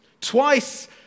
twice